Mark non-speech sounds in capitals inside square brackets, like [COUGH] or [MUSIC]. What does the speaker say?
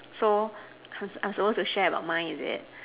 [NOISE] so I'm so I'm supposed to share about mine is it